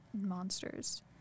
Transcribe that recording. monsters